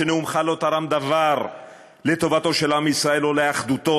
שנאומך לא תרם דבר לטובתו של עם ישראל או לאחדותו.